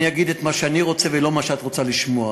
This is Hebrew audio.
אני אגיד את מה שאני רוצה, ולא מה שאת רוצה לשמוע,